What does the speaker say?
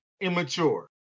immature